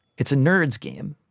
it's a nerd's game,